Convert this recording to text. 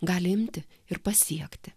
gali imti ir pasiekti